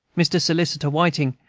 mr. solicitor whiting,